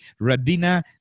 Radina